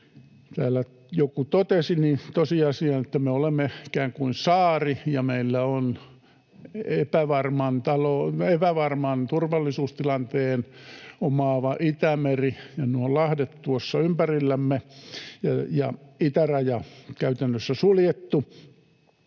täällä joku totesi, tosiasia on, että me olemme ikään kuin saari ja meillä on epävarman turvallisuustilanteen omaava Itämeri ja nuo lahdet tuossa ympärillämme ja itäraja käytännössä suljettu,